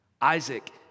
Isaac